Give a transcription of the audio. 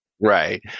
Right